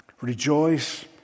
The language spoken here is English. Rejoice